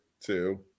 two